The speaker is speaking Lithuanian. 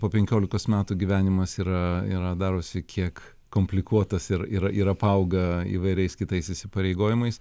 po penkiolikos metų gyvenimas yra yra darosi kiek komplikuotas ir yra ir apauga įvairiais kitais įsipareigojimais